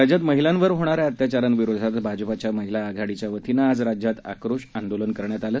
राज्यात महिलांवर होणाऱ्या अत्याचारांविरोधात भाजपच्या महिला आघाडीच्या वतीनं आज राज्यात आक्रोश आंदोलन करण्यात आलं